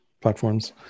platforms